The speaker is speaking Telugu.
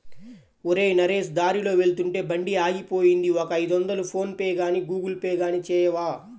ఒరేయ్ నరేష్ దారిలో వెళ్తుంటే బండి ఆగిపోయింది ఒక ఐదొందలు ఫోన్ పేగానీ గూగుల్ పే గానీ చేయవా